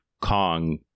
Kong